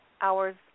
hours